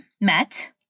met